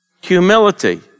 humility